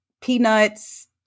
peanuts